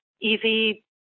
easy